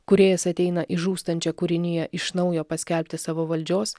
kūrėjas ateina į žūstančią kūriniją iš naujo paskelbti savo valdžios